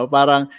Parang